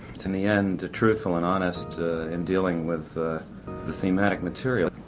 it's in the end, truthful and honest in dealing with the thematic material.